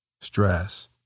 stress